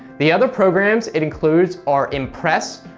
the other programs it includes are impress,